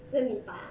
then 你拔